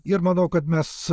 ir manau kad mes